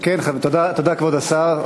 תודה, כבוד השר.